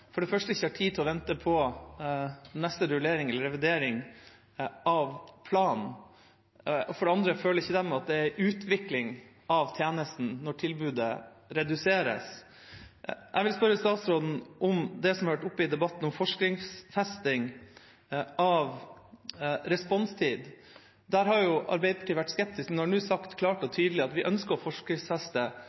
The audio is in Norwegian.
første ikke har tid til å vente på neste rullering eller revidering av planen. For det andre føler ikke de at det er en utvikling av tjenesten når tilbudet reduseres. Jeg vil spørre statsråden om det som har vært oppe i debatten, om forskriftsfesting av responstid. Der har Arbeiderpartiet vært skeptisk, men vi har nå sagt klart og tydelig at vi ønsker å